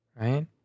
right